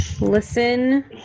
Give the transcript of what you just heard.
listen